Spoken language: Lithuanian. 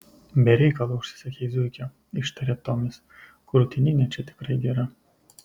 be reikalo užsisakei zuikio ištarė tomis krūtininė čia tikrai gera